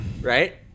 right